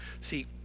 See